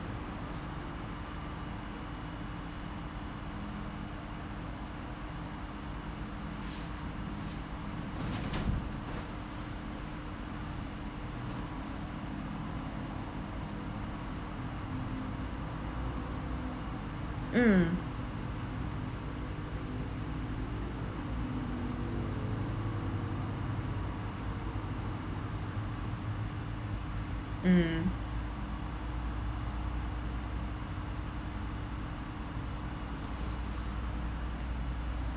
mm mm